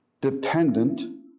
dependent